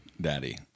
daddy